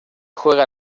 juega